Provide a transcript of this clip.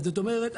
זאת אומרת,